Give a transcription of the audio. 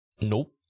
Nope